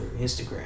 Instagram